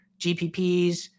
GPPs